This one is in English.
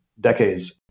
decades